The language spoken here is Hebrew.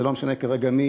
זה לא משנה כרגע מי,